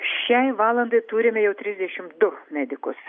šiai valandai turime jau trisdešimt du medikus